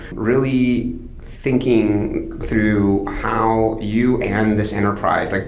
really thinking through how you and this enterprise, like